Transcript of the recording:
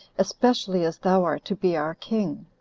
especially as thou art to be our king.